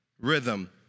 rhythm